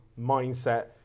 mindset